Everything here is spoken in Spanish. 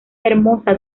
hermosa